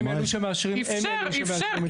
הם אלה שמאשרים קידוחים.